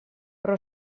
però